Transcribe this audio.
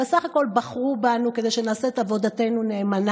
הרי בסך הכול בחרו בנו כדי שנעשה את עבודתנו נאמנה,